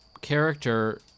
character